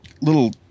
little